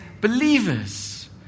believers